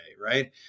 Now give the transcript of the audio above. right